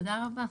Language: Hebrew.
תודה רבה.